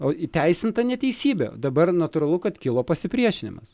o įteisinta neteisybė dabar natūralu kad kilo pasipriešinimas